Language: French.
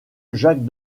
jacques